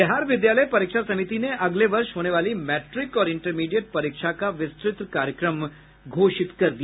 बिहार विद्यालय परीक्षा समिति ने अगले वर्ष होने वाली मैट्रिक और इंटरमीडिएट परीक्षा का विस्तृत कार्यक्रम घोषित कर दिया